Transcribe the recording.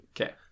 Okay